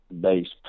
based